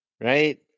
right